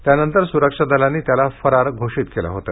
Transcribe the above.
त्यानंतर सुरक्षा दलांनी त्याला फरार घोषित केले होते